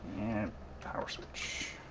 and power switch.